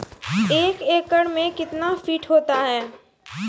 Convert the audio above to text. एक एकड मे कितना फीट होता हैं?